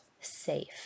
safe